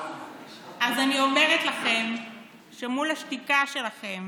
אז אני אומרת לכם שמול השתיקה שלכם,